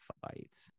fight